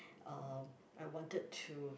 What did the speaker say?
uh I wanted to